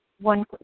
one